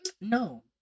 No